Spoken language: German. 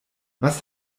was